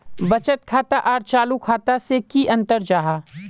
बचत खाता आर चालू खाता से की अंतर जाहा?